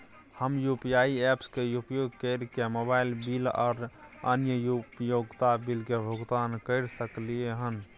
हम UPI apps के उपयोग कैरके मोबाइल बिल आर अन्य उपयोगिता बिल के भुगतान कैर सकलिये हन